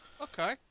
Okay